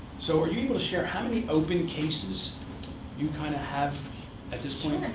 so are you able to share how many open cases you kind of have at this point?